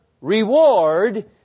reward